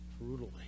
brutally